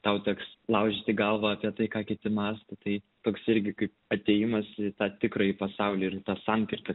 tau teks laužyti galvą apie tai ką kiti mąsto tai toks irgi kaip atėjimas į tą tikrąjį pasaulį ir į tą sankirtą